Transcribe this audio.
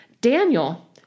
daniel